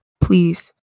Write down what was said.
Please